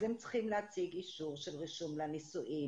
אז הם צריכים להציג אישור של רישום לנישואים,